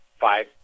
five